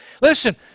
Listen